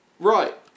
Right